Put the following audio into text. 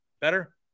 Better